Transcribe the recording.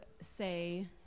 say